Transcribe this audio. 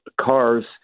cars